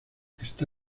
está